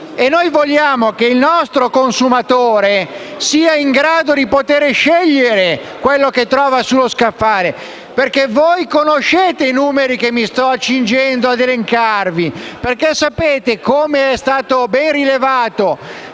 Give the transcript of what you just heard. Noi vogliamo che il nostro consumatore sia in grado di poter scegliere la merce che trova sullo scaffale. Voi conoscete i numeri che mi sto accingendo ad elencare e sapete, com'è stato ben rilevato